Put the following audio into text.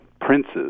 princes